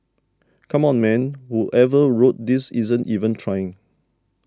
come on man whoever wrote this isn't even trying